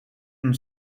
une